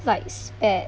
like spared